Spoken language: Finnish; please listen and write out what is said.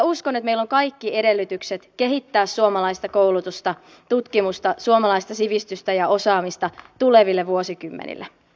uskon että meillä on kaikki edellytykset kehittää suomalaista koulutusta tutkimusta suomalaista sivistystä ja osaamista tuleville vuosikymmenille